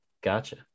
Gotcha